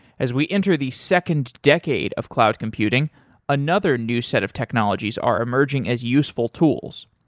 as we enter the second decade of cloud computing another new set of technologies are emerging as useful tools.